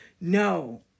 No